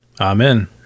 Amen